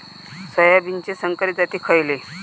सोयाबीनचे संकरित जाती खयले?